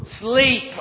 Sleep